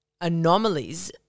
anomalies